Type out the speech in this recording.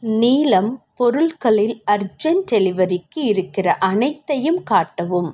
நீலம் பொருட்களில் அர்ஜெண்ட் டெலிவரிக்கு இருக்கிற அனைத்தையும் காட்டவும்